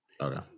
okay